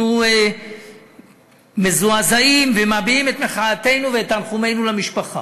אנחנו מזועזעים ומביעים את מחאתנו ואת תנחומינו למשפחה.